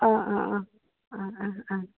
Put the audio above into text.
অঁ অঁ অঁ অঁ অঁ অঁ